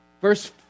verse